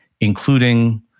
including